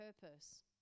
purpose